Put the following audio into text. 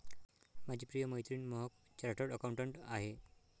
माझी प्रिय मैत्रीण महक चार्टर्ड अकाउंटंट आहे